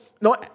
no